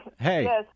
Hey